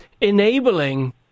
enabling